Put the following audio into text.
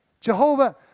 Jehovah